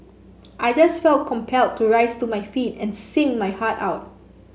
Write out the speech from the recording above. I just felt compelled to rise to my feet and sing my heart out